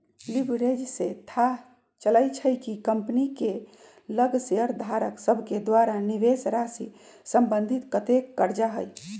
leverage से थाह चलइ छइ कि कंपनी के लग शेयरधारक सभके द्वारा निवेशराशि संबंधित कतेक करजा हइ